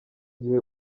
gihe